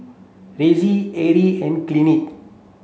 Ressie Arie and Kathlyn